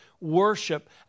worship